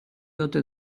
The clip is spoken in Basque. ote